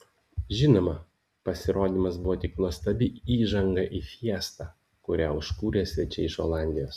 žinoma pasirodymas buvo tik nuostabi įžanga į fiestą kurią užkūrė svečiai iš olandijos